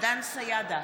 דן סידה,